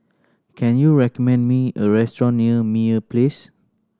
can you recommend me a restaurant near Meyer Place